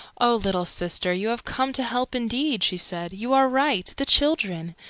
oh, little sister, you have come to help indeed! she said. you are right. the children!